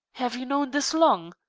have you known this long?